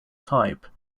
type